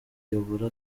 uyobora